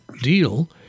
deal